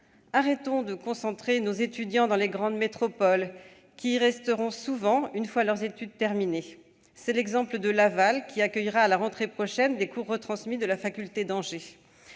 Cessons de concentrer nos étudiants dans les grandes métropoles- ils y restent souvent une fois leurs études terminées. Certains territoires donnent l'exemple : Laval accueillera à la rentrée prochaine des cours retransmis de la faculté d'Angers.